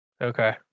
Okay